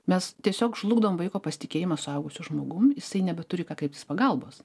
mes tiesiog žlugdom vaiko pasitikėjimą suaugusiu žmogum jisai nebeturi į ką kreiptis pagalbos